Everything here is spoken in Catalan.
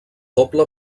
doble